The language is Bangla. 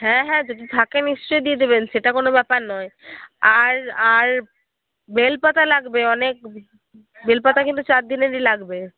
হ্যাঁ হ্যাঁ যদি থাকে নিশ্চয়ই দিয়ে দেবেন সেটা কোনও ব্যাপার নয় আর আর বেলপাতা লাগবে অনেক বেলপাতা কিন্তু চারদিনেরই লাগবে